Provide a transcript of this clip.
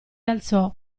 alzò